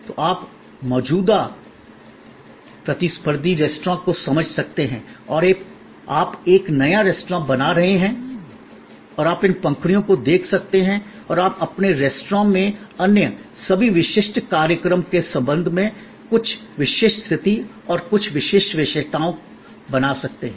तो आप मौजूदा प्रतिस्पर्धी रेस्तरां को समझ सकते हैं और आप एक नया रेस्तरां बना रहे हैं और आप इन पंखुड़ियों को देख सकते हैं और आप अपने रेस्तरां में अन्य सभी विशिष्ट कार्यक्रमों के संबंध में कुछ विशिष्ट स्थिति और कुछ विशिष्ट विशेषताएं बना सकते हैं